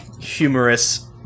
humorous